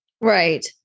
Right